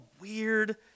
weird